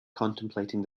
contemplating